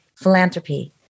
philanthropy